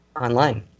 online